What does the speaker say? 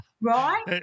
Right